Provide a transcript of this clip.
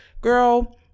Girl